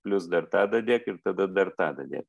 plius dar tą dadėk ir tada dar tą dadėk